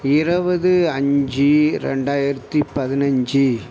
இருவது அஞ்சு ரெண்டாயிரத்தி பதினஞ்சி